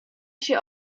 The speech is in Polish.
się